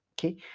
okay